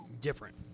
different